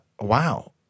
Wow